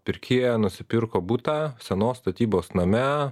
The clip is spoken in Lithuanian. pirkėja nusipirko butą senos statybos name